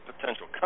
potential